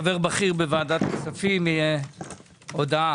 חבר בכיר בוועדת הכספים, הודעה.